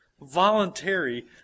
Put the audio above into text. voluntary